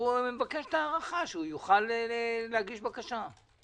הוא מבקש הארכה, שיוכל להגיש בקשה.